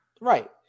right